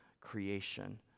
creation